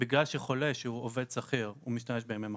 בגלל שהחולה הוא עובד שכיר משתמש בימי מחלה.